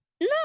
No